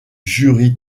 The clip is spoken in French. jury